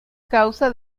causa